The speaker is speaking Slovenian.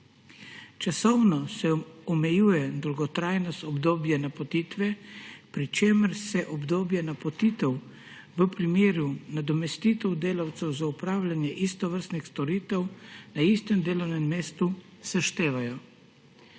Časovno se omejuje dolgotrajnost obdobja napotitve, pri čemer se obdobja napotitev v primeru nadomestitev delavcev za opravljanje istovrstnih storitev na istem delovnem mestu seštevajo.